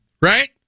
right